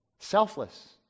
selfless